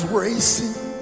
racing